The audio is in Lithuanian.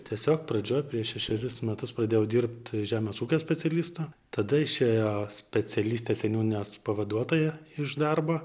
tiesiog pradžioj prieš šešerius metus pradėjau dirbt žemės ūkio specialistu tada išėjo specialistė seniūnės pavaduotoja iš darbo